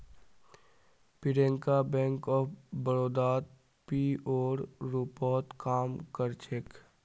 Priyanka bank of बड़ौदात पीओर रूपत काम कर छेक